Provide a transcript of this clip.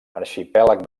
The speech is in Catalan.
arxipèlag